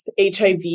HIV